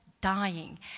dying